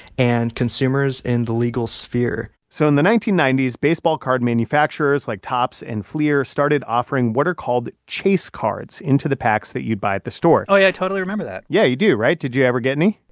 and consumers in the legal sphere. so in the nineteen ninety s, baseball card manufacturers, like topps and fleer, started offering what are called chase cards into the packs that you'd buy at the store oh, yeah. i totally remember that yeah, you do, right? did you ever get any?